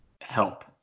help